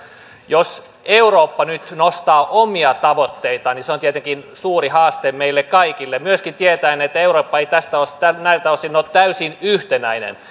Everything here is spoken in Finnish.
jos eurooppa nyt nostaa omia tavoitteitaan niin se on tietenkin suuri haaste meille kaikille myöskin tietäen että eurooppa ei näiltä osin ole täysin yhtenäinen